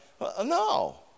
No